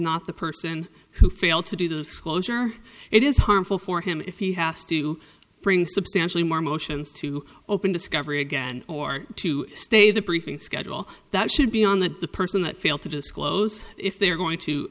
not the person who failed to do the disclosure it is harmful for him if he has to bring substantially more motions to open discovery again or to stay the briefing schedule that should be on the person that failed to disclose if they're going to